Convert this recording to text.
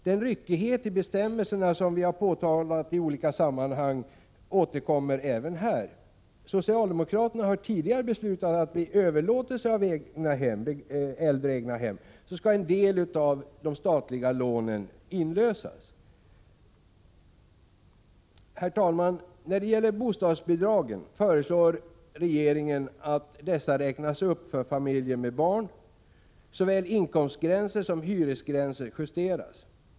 Den ryckighet när det gäller bestämmelserna som vi i olika sammanhang har påtalat återkommer även här. Socialdemokraterna har tidigare beslutat att en del av de statliga lånen skall inlösas vid överlåtelse av äldre egnahem. Herr talman! Regeringen föreslår att bostadsbidragen för familjer med barn räknas upp. Såväl inkomstgränser som hyresgränser justeras.